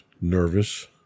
nervous